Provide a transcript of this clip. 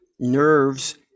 nerves